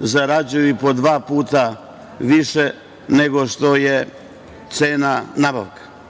zarađuju i po dva puta više nego što je cena nabavka. Drugi